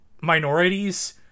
minorities